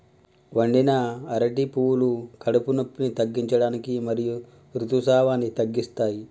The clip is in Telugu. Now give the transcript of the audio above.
వండిన అరటి పువ్వులు కడుపు నొప్పిని తగ్గించడానికి మరియు ఋతుసావాన్ని తగ్గిస్తాయి